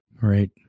Right